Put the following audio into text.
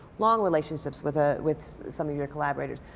long relationships with ah with some of your collaborators.